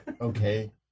okay